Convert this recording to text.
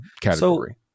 category